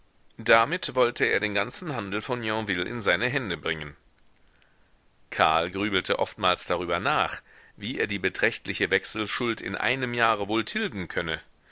damit wollte er den ganzen handel von yonville in seine hände bringen karl grübelte oftmals darüber nach wie er die beträchtliche wechselschuld in einem jahre wohl tilgen könne